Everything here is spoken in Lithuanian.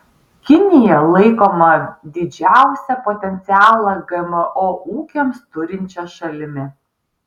kinija laikoma didžiausią potencialą gmo ūkiams turinčia šalimi